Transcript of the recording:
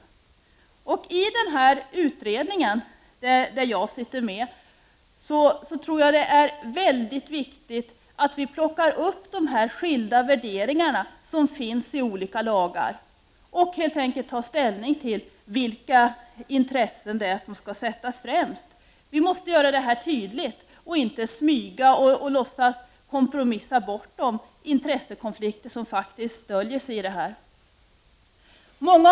Jag tror att det är viktigt att vi i den utredning där jag sitter med plockar upp de värderingar som finns i olika lagar och tar ställning till vilka intressen som skall sättas främst. Vi måste göra detta tydligt. Vi får inte smyga med det och kompromissa bort de intressekonflikter som faktiskt döljer sig i dessa sammanhang.